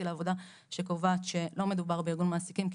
לעבודה שקובעת שלא מדובר בארגון מעסיקים.